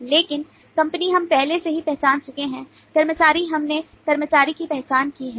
लेकिन कंपनी हम पहले से ही पहचान चुके हैं कर्मचारी हमने कर्मचारी की पहचान की है